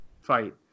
fight